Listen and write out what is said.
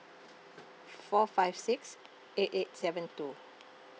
four five six eight eight seven two